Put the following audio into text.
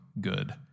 good